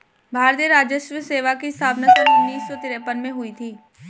भारतीय राजस्व सेवा की स्थापना सन उन्नीस सौ तिरपन में हुई थी